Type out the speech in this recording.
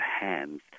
hands